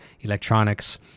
electronics